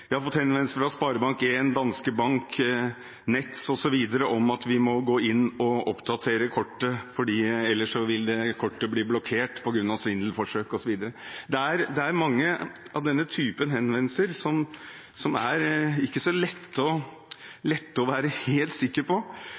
må gå inn og oppdatere kortet, for ellers vil kortet bli blokkert på grunn av svindelforsøk osv. Det er mange av denne typen henvendelser som det ikke er lett å være helt sikker på.